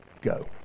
go